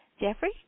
Jeffrey